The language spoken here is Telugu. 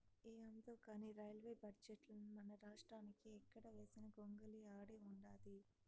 యాందో కానీ రైల్వే బడ్జెటుల మనరాష్ట్రానికి ఎక్కడ వేసిన గొంగలి ఆడే ఉండాది